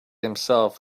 himself